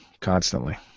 constantly